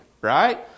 right